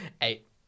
eight